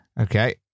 Okay